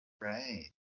right